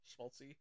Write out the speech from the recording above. schmaltzy